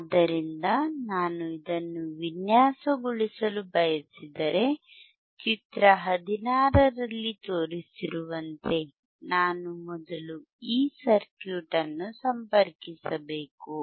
ಆದ್ದರಿಂದ ನಾನು ಇದನ್ನು ವಿನ್ಯಾಸಗೊಳಿಸಲು ಬಯಸಿದರೆ ಚಿತ್ರ 16 ರಲ್ಲಿ ತೋರಿಸಿರುವಂತೆ ನಾನು ಮೊದಲು ಈ ಸರ್ಕ್ಯೂಟ್ ಅನ್ನು ಸಂಪರ್ಕಿಸಬೇಕು